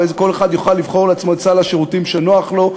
ואז כל אחד יוכל לבחור לעצמו את סל השירותים שנוח לו,